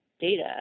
data